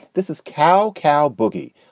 this is cow cow boogie.